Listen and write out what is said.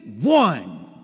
one